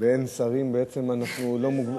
באין שרים אנחנו בעצם לא מוגבלים,